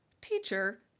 teacher